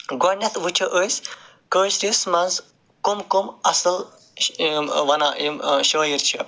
گۄڈٕنٮ۪تھ وٕچھو أسۍ کٲشرِس منٛز کَم کَم اَصٕل وَنان یِم شٲعِر چھِ